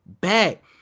back